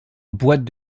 boîtes